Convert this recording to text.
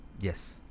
Yes